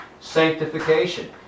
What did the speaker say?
sanctification